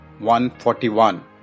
141